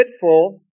fitful